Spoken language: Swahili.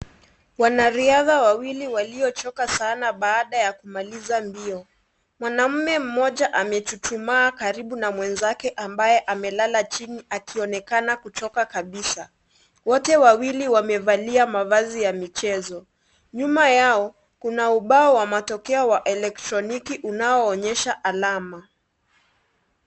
Wanariadha wawili waliochoka sana baada ya kumaliza mbio. Mwanamume mmoja amechuchumaa karibu na mwenzake ambaye amelala chini akionekana kuchoka kabisa. Wote wawili wamevalia mavazi ya michezo. Nyuma yao, kuna ubao wa matokeo wa elektroniki unaoonyesha alama.